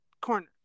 corner